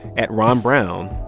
at ron brown,